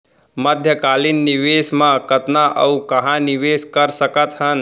मध्यकालीन निवेश म कतना अऊ कहाँ निवेश कर सकत हन?